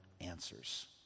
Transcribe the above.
answers